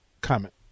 comment